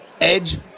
edge